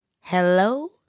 Hello